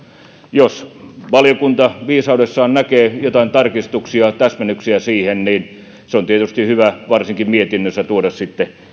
jos valiokunta viisaudessaan näkee joitain tarkistuksia täsmennyksiä siihen niin se on tietysti hyvä varsinkin mietinnössä tuoda sitten